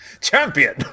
Champion